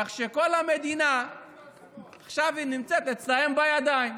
כך שכל המדינה עכשיו היא נמצאת אצלם בידיים.